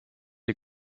les